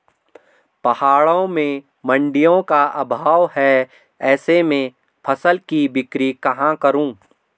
पहाड़ों में मडिंयों का अभाव है ऐसे में फसल की बिक्री कहाँ करूँ?